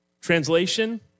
Translation